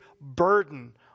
burden